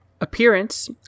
Appearance